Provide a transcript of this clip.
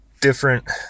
different